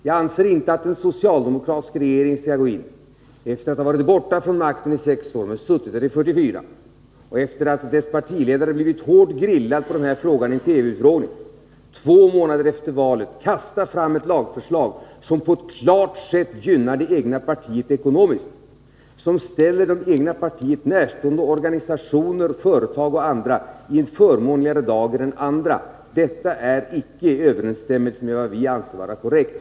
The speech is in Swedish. Jag anser inte att en socialdemokratisk regering — efter att ha varit borta från makten i sex år men suttit där i 44, och efter att dess partiledare blivit hårt grillad på den här frågan i en TV-utfrågning — två månader efter valet skall kasta fram ett lagförslag som på ett klart sätt gynnar det egna partiet ekonomiskt, som ställer det egna partiet närstående organisationer, företag osv. i en förmånligare dager än andra. Detta är icke i överensstämmelse med vad vi anser vara korrekt.